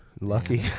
lucky